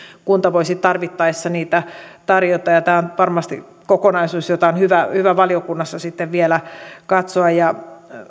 kunta voisi tarvittaessa niitä tarjota tämä on varmasti kokonaisuus jota on hyvä hyvä valiokunnassa vielä katsoa ja